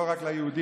לא רק ליהודים.